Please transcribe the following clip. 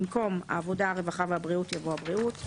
במקום "העבודה הרווחה והבריאות" יבוא "הבריאות".